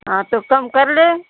हाँ तो कम कर लो